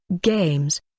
games